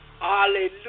Hallelujah